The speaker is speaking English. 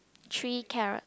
three carrot